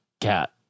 cat